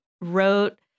wrote